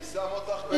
מי שם אותך בין השפויים?